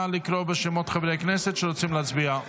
נא לקרוא בשמות חברי הכנסת שרוצים להצביע.